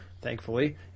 thankfully